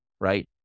right